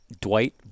Dwight